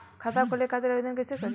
खाता खोले खातिर आवेदन कइसे करी?